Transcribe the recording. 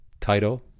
title